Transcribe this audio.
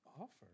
Offer